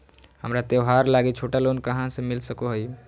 हमरा त्योहार लागि छोटा लोन कहाँ से मिल सको हइ?